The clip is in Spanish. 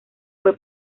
fue